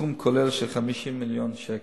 בסכום כולל של כ-50 מיליון שקל.